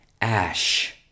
ash